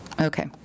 Okay